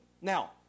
Now